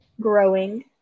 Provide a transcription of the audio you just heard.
growing